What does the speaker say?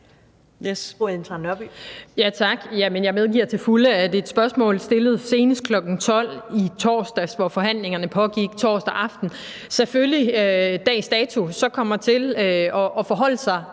jeg medgiver til fulde, at et spørgsmål stillet senest kl. 12.00 i torsdags – og forhandlingerne pågik torsdag aften – selvfølgelig dags dato kommer til at forholde sig